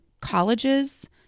colleges